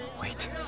Wait